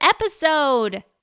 episode